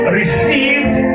received